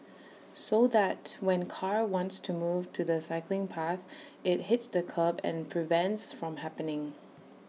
so that when car wants to move to the cycling path IT hits the kerb and prevents from happening